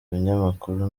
binyamakuru